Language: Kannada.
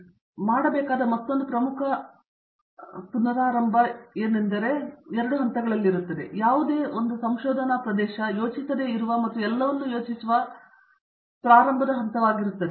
ದೇಶ್ಪಾಂಡೆ ಮಾಡಬೇಕಾದ ಮತ್ತೊಂದು ಪ್ರಮುಖ ಪುನರಾರಂಭವು 2 ವಿಭಿನ್ನ ಹಂತಗಳಲ್ಲಿದೆ ಯಾವುದೇ ಒಂದು ಸಂಶೋಧನಾ ಪ್ರದೇಶ ಯೋಚಿಸದೇ ಇರುವ ಮತ್ತು ಎಲ್ಲವನ್ನೂ ಯೋಚಿಸುವ ಪ್ರಾರಂಭದ ಹಂತವಾಗಿ ಯಾವಾಗಲೂ ಪದವಿಪೂರ್ವ ಕೋರ್ಸ್ಗೆ ಹೋಗುತ್ತಿದೆ